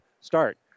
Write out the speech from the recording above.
start